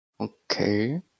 okay